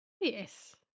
Yes